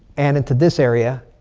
and into this area,